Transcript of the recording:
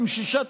עם שישה,